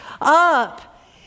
up